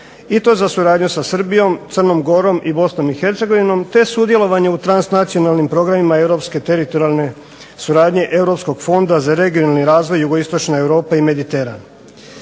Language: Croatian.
i to za suradnju sa Srbijom, Crnom gorom i Bosnom i Hercegovinom, te sudjelovanje u transnacionalnim programima Europske teritorijalne suradnje Europskog fonda za regionalni razvoj jugoistočne Europe i Mediteran.